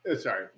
sorry